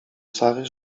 sary